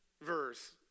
verse